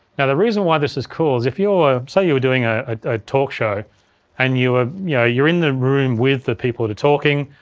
now the reason why this is cool is if you're, say you were doing a ah talk show and ah yeah you're in the room with the people that are talking,